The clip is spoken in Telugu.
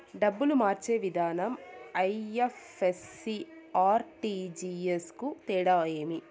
డబ్బులు మార్చే విధానం ఐ.ఎఫ్.ఎస్.సి, ఆర్.టి.జి.ఎస్ కు తేడా ఏమి?